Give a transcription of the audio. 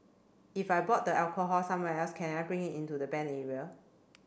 if I bought the alcohol somewhere else can I bring it into the banned area